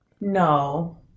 No